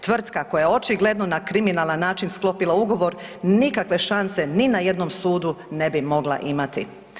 Tvrtka koja je očigledno na kriminalan način sklopila ugovor nikakve šanse ni na jednom sudu ne bi mogla imati.